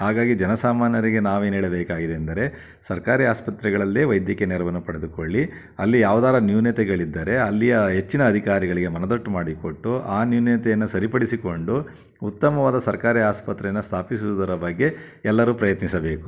ಹಾಗಾಗಿ ಜನ ಸಾಮಾನ್ಯರಿಗೆ ನಾವೇನು ಹೇಳಬೇಕಾಗಿದೆ ಎಂದರೆ ಸರ್ಕಾರಿ ಆಸ್ಪತ್ರೆಗಳಲ್ಲೇ ವೈದ್ಯಕೀಯ ನೆರವನ್ನು ಪಡೆದುಕೊಳ್ಳಿ ಅಲ್ಲಿ ಯಾವ್ದಾರೂ ನ್ಯೂನತೆಗಳಿದ್ದರೆ ಅಲ್ಲಿಯ ಹೆಚ್ಚಿನ ಅಧಿಕಾರಿಗಳಿಗೆ ಮನದಟ್ಟು ಮಾಡಿಕೊಟ್ಟು ಆ ನ್ಯೂನತೆಯನ್ನ ಸರಿಪಡಿಸಿಕೊಂಡು ಉತ್ತಮವಾದ ಸರ್ಕಾರಿ ಆಸ್ಪತ್ರೇನ ಸ್ಥಾಪಿಸುವುದರ ಬಗ್ಗೆ ಎಲ್ಲರೂ ಪ್ರಯತ್ನಿಸಬೇಕು